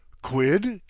quid,